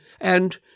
and